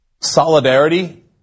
solidarity